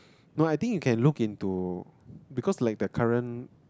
no I think you can look into because like the current